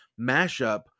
mashup